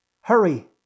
Hurry